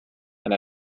and